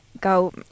go